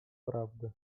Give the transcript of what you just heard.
prawdy